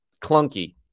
clunky